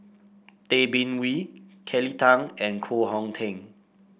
Tay Bin Wee Kelly Tang and Koh Hong Teng